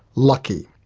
lucky.